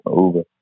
Uber